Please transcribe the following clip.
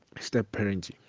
step-parenting